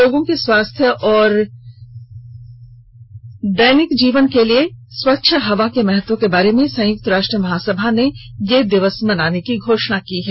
लोगों के स्वास्थ्य और दैनिक जीवन के लिए स्वच्छ हवा के महत्व के बारे में संयुक्त राष्ट्र महासभा ने यह दिवस मनाने की घोषणा की है